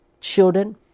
children